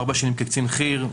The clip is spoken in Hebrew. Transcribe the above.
ארבע שנים כקצין חי"ר,